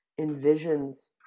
envisions